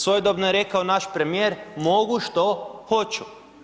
Svojedobno je rekao naš premijer mogu što hoću.